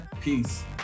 Peace